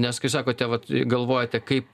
nes kai sakote vat galvojate kaip